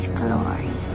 glory